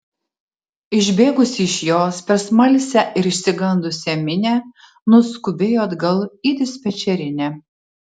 išbėgusi iš jos per smalsią ir išsigandusią minią nuskubėjo atgal į dispečerinę